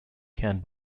can